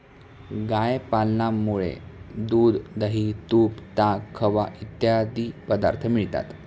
गाय पालनामुळे दूध, दही, तूप, ताक, खवा इत्यादी पदार्थ मिळतात